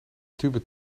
tube